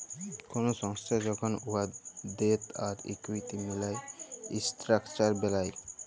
call সংস্থা যখল উয়ার ডেট আর ইকুইটি মিলায় ইসট্রাকচার বেলায়